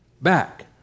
back